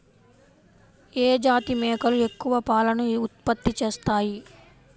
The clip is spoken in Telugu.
ఏ జాతి మేకలు ఎక్కువ పాలను ఉత్పత్తి చేస్తాయి?